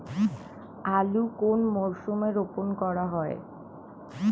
আলু কোন মরশুমে রোপণ করা হয়?